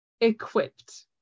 equipped